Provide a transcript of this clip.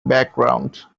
background